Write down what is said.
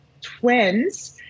twins